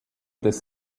des